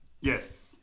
Yes